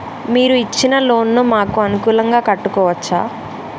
మీరు ఇచ్చిన లోన్ ను మాకు అనుకూలంగా కట్టుకోవచ్చా?